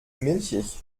milchig